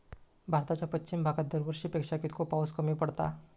भारताच्या पश्चिम भागात दरवर्षी पेक्षा कीतको पाऊस कमी पडता?